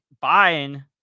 buying